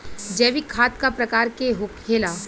जैविक खाद का प्रकार के होखे ला?